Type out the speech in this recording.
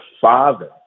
father